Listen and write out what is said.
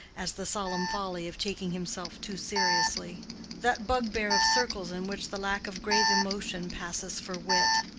as the solemn folly of taking himself too seriously that bugbear of circles in which the lack of grave emotion passes for wit.